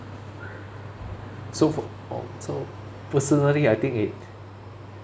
so for so personally I think it